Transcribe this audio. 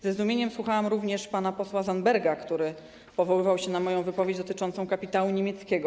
Ze zdumieniem słuchałam również pana posła Zandberga, który powoływał się na moją wypowiedź dotyczącą kapitału niemieckiego.